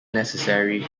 necessary